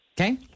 Okay